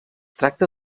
tracta